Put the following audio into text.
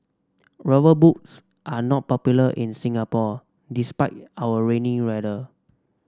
rubber boots are not popular in Singapore despite our rainy weather